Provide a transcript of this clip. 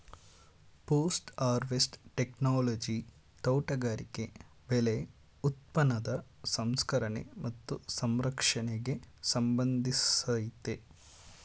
post harvest technology ತೋಟಗಾರಿಕೆ ಬೆಳೆ ಉತ್ಪನ್ನದ ಸಂಸ್ಕರಣೆ ಮತ್ತು ಸಂರಕ್ಷಣೆಗೆ ಸಂಬಂಧಿಸಯ್ತೆ